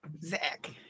Zach